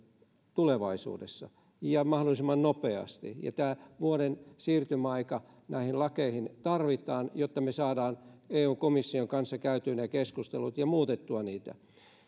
tulevaisuudessa ja mahdollisimman nopeasti tämä vuoden siirtymäaika näihin lakeihin tarvitaan jotta me saamme eun komission kanssa käytyä keskustelut ja muutettua niitä